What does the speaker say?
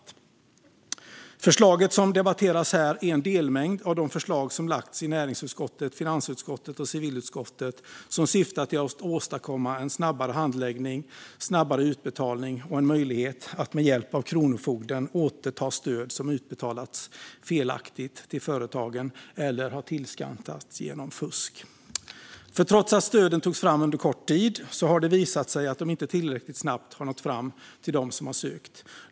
Det förslag som debatteras här är en delmängd av de förslag som har lagts fram i näringsutskottet, finansutskottet och civilutskottet och som syftar till att åstadkomma en snabbare handläggning, snabbare utbetalning och en möjlighet att med hjälp av Kronofogden återta stöd som har utbetalats felaktigt till företagen eller stöd som de har tillskansat sig med fusk. Trots att stöden togs fram under kort tid har det visat sig att de inte tillräckligt snabbt har nått fram till dem som sökt.